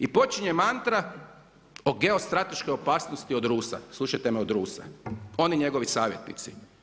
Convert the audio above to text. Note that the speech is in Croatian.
I počinje mantra o geostrateškoj opasnosti od Rusa, slušajte me od Rusa, on i njegovi savjetnici.